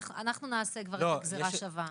אנחנו נעשה כבר את הגזירה השווה.